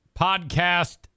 podcast